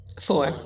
Four